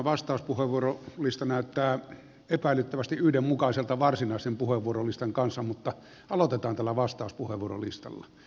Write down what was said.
tämä vastauspuheenvuorolista näyttää epäilyttävästi yhdenmukaiselta varsinaisen puheenvuorolistan kanssa mutta aloitetaan tällä vastauspuheenvuorolistalla